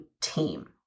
team